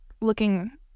looking